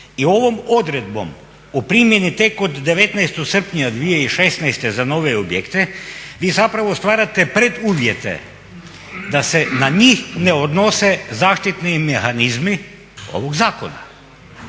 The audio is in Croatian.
i ovom odredbom o primjeni tek od 19. srpnja 2016. za nove objekte vi zapravo stvarate preduvjete da se na njih ne odnose zaštitni mehanizmi ovog zakona.